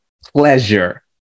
pleasure